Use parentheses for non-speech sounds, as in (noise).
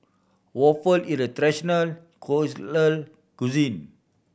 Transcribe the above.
waffle is a traditional (unintelligible) cuisine